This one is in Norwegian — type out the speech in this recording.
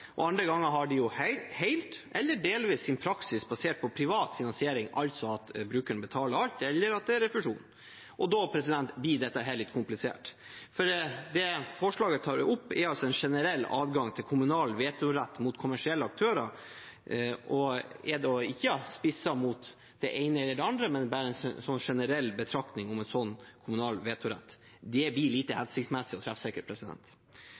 kunde, andre ganger har de helt eller delvis sin praksis basert på privat finansiering, altså at brukeren betaler alt, eller at det er refusjon. Da blir dette litt komplisert. Det forslaget tar opp, er en generell adgang til kommunal vetorett mot kommersielle aktører, og det er ikke spisset mot det ene eller det andre, men er bare en generell betraktning om en kommunal vetorett. Det blir lite hensiktsmessig og treffsikkert.